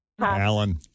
Alan